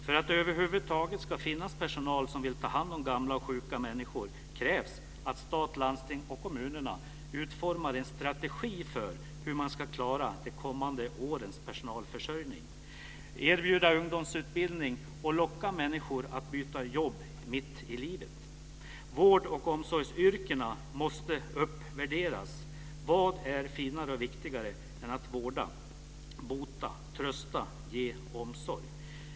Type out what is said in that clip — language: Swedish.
För att det över huvud taget ska finnas personal som vill ta hand om gamla och sjuka människor krävs att stat, landsting och kommunerna utformar en strategi för hur man ska klara de kommande årens personalförsörjning, erbjuda ungdomsutbildning och locka människor att byta jobb mitt i livet. Vård och omsorgsyrkena måste uppvärderas. Vad är finare och viktigare än att vårda, bota, trösta, ge omsorg?